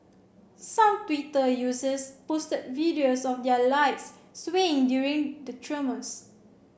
some Twitter users posted videos of their lights swaying during the tremors